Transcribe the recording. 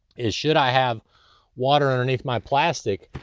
is should i have water underneath my plastic?